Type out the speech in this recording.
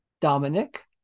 Dominic